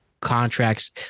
contracts